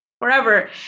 forever